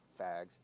Fags